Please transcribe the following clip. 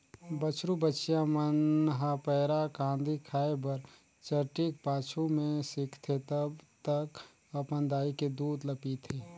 बछरु बछिया मन ह पैरा, कांदी खाए बर चटिक पाछू में सीखथे तब तक अपन दाई के दूद ल पीथे